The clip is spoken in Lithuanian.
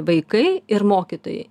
vaikai ir mokytojai